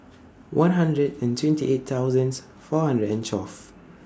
one hundred and twenty eight thousands four hundred and twelve